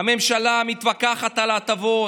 הממשלה מתווכחת על הטבות,